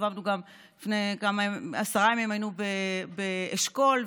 הסתובבנו לפני עשרה ימים גם באשכול,